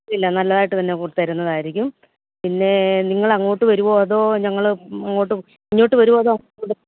ഇല്ല നല്ലതായിട്ട് തന്നെ കൊ തരുന്നതായിരിക്കും പിന്നെ നിങ്ങൾ അങ്ങോട്ട് വരുമോ അതോ ഞങ്ങളിങ്ങോട്ട് ഇങ്ങോട്ട് വരുമോ അതോ